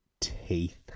Teeth